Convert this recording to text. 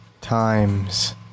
times